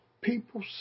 people